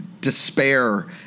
despair